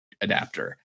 adapter